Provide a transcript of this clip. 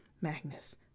Magnus